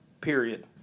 period